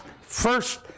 first